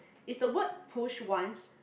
is the word push once